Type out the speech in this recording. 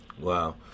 Wow